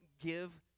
give